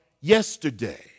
yesterday